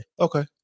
Okay